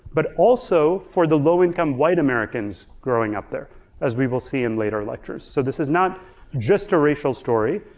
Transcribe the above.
but also for the low income white americans growing up there as we will see in later lectures. so this is not just a racial story.